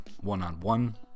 one-on-one